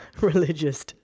Religious